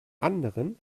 anderen